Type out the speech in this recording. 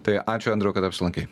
tai ačiū andriau kad apsilankei